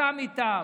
וחתם איתם.